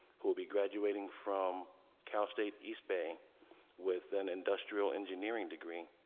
who will be graduating from cal state east bay with an industrial engineering degree,